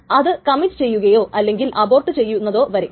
അവസാനം T എന്ന transaction x ന്റെ റീഡ് ടൈം സ്റ്റാമ്പിനേക്കാൾ വലുതാണ്